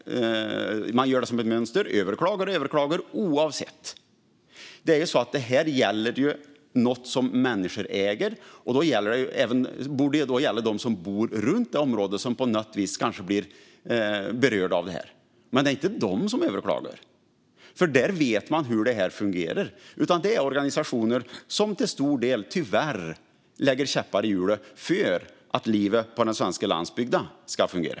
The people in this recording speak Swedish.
Man överklagar och överklagar som ett mönster oavsett. Detta gäller något som människor äger. Då borde det gälla de som bor runt detta område och som på något vis kanske blir berörda av detta. Men det är inte de som överklagar, för där vet de hur detta fungerar. Det är tyvärr organisationer som till stor del lägger käppar i hjulen för att livet på den svenska landsbygden ska fungera.